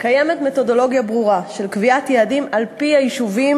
קיימת מתודולוגיה ברורה של קביעת יעדים על-פי היישובים